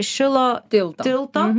šilo tilto tilto